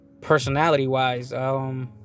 personality-wise